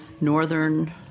northern